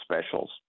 specials